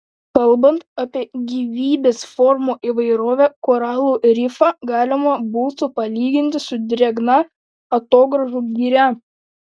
kalbant apie gyvybės formų įvairovę koralų rifą galima būtų palyginti su drėgna atogrąžų giria